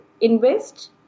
invest